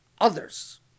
others